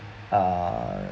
uh